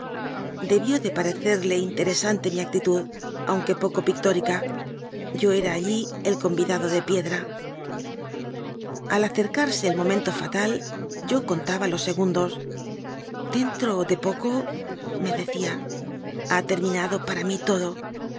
debió de parecerle interesante mi actitud aunque poco pictórica yo era allí el convidado de piedra al acercarse el momento fatal yo contaba los segundos dentro de pocome decía ha terminado para mí todo